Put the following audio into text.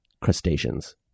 crustaceans